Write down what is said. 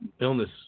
illness